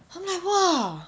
I'm like !wah!